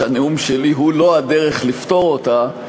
הנאום שלי הוא לא הדרך לפתור אותה,